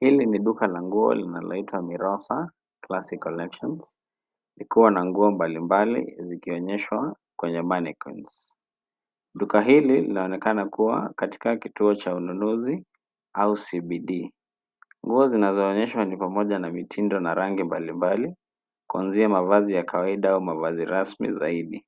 Hili ni duka la nguo linaloitwa Mirosa Classy Collections likiwa na nguo mbalimbali zikionyeshwa kwenye mannequins . Duka hili linaonekana kuwa katika kituo cha ununuzi au CBD . Nguo zinazoonyeshwa ni pamoja na mitindo na rangi mbalimbali, kuanzia mavazi ya kawaida au mavazi rasmi zaidi.